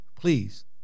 please